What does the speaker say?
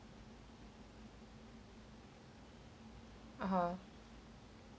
(uh huh)